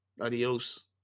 Adios